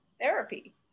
therapy